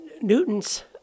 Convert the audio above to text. Newton's